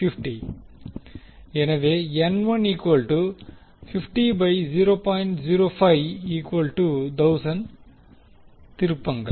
எனவே திருப்பங்கள்